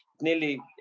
nearly